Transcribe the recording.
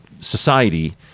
society